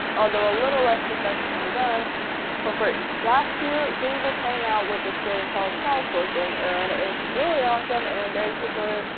although a little less professionally done for free. last year, google came out with this thing and called crowdsourcing. and it's really awesome. and basically,